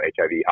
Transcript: HIV